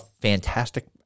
fantastic –